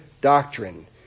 doctrine